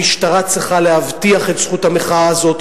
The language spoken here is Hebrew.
המשטרה צריכה להבטיח את זכות המחאה הזאת,